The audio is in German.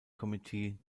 committee